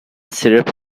syrup